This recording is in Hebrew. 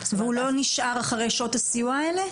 והוא לא נשאר אחרי שעות הסיוע האלה?